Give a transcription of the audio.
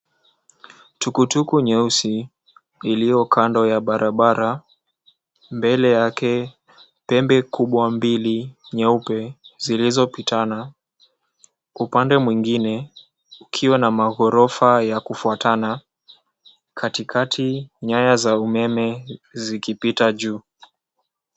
Tuktuk nyeusi, iliyo kando ya barabara, mbele yake pembe kubwa mbili nyeupe zilizopitana. Upande mwengine, ukiwa na maghorofa ya kufuatana. Katikati, nyaya za umeme zikipita juu.